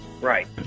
Right